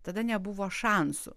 tada nebuvo šansų